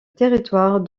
territoire